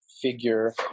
figure